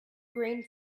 grain